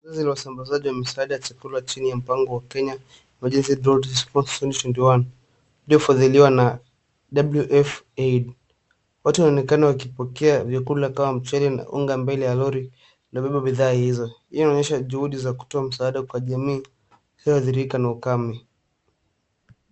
Uuzaji na usambazaji wa msaada wa chakula chini ya mpango wa Kenya Emergency Drought 2021 iliyofadhiliwa na WFAID . Watu wanaonekana wakipokea vyakula kama mchele na unga mbele ya lori iliyobeba bidhaa hizo. Hii inaonyesha juhudi za kutoa msaada kwa jamii iliyohadhirika na ukame.